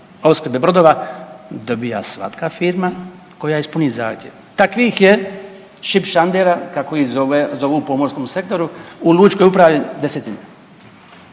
opskrbe brodova dobija svaka firma koja ispuni zahtjev, takvih je šipšandera kako ih zovu u pomorskom sektoru u lučkoj upravi desetina.